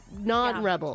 non-Rebel